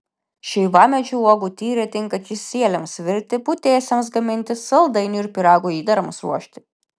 šeivamedžių uogų tyrė tinka kisieliams virti putėsiams gaminti saldainių ir pyragų įdarams ruošti